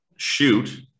shoot